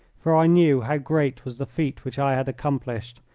for i knew how great was the feat which i had accomplished,